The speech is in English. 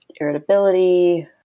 irritability